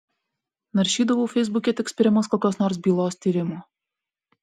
naršydavau feisbuke tik spiriamas kokios nors bylos tyrimo